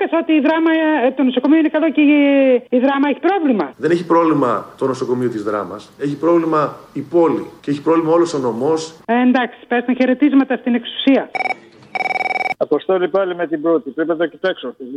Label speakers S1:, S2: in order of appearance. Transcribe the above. S1: Πες ότι η Δράμα, ε, το νοσοκομείο είναι καλό και η- η Δράμα έχει πρόβλημα.
S2: Δεν έχει πρόβλημα το νοσοκομείο της Δράμας. Έχει πρόβλημα η πόλη και έχει πρόβλημα όλος ο νομός.
S1: Ε, εντάξει, πες τα χαιρετίσματα στην εξουσία.
S3: Αποστόλη, πάλι με την πρώτη. Πρέπει να το κοιτάξω.